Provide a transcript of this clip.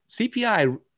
CPI